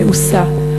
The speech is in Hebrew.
מעושה,